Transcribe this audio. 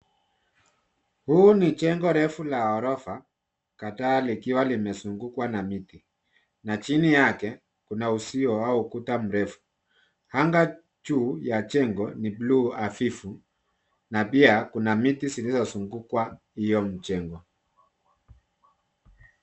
Huu ni jengo refu la gorofa kadhaa, likiwa limezungukwa na miti, na chini yake kuna uzio au ukuta mrefu. Anga juu ya jengo ni bluu hafifu na pia kuna miti zilizozunguka hiyo mjengo.